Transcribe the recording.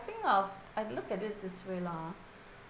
think uh I will look at it this way lah